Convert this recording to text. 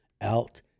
out